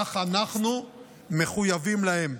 כך אנחנו מחויבים להם.